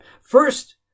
First